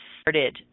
started